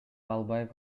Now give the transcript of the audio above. албай